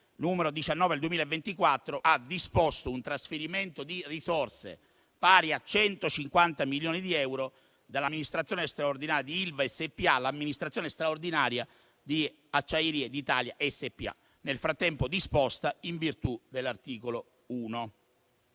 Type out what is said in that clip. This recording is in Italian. n. 19 del 2024 ha disposto un trasferimento di risorse, pari a 150 milioni di euro, dall'amministrazione straordinaria di Ilva SpA all'amministrazione straordinaria di Acciaierie d'Italia SpA, nel frattempo disposta in virtù dell'articolo 1.